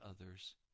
others